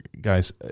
guys